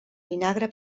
vinagre